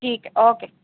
ਠੀਕ ਹੈ ਓਕੇ